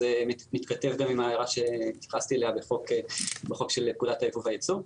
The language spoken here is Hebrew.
זה מתכתב גם עם ההערה שהתייחסתי אליה לחוק של פקודת היבוא והיצוא.